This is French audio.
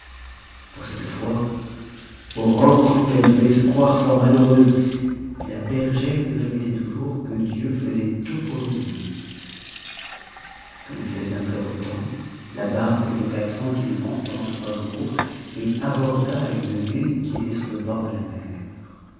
pour cette fois aurore crut qu'elle devait se croire fort malheureuse mais la bergère lui répétait toujours que dieu faisait tout pour le mieux comme il faisait un très beau temps la barque vogua tranquillement pendant trois jours et aborda à une ville qui était sur le bord de la mer